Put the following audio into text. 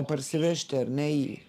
parsivežti ar ne jį